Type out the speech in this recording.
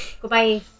Goodbye